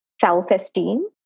self-esteem